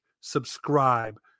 subscribe